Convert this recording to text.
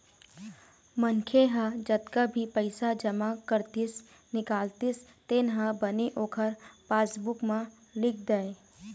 मनखे ह जतका भी पइसा जमा करतिस, निकालतिस तेन ह बने ओखर पासबूक म लिख दय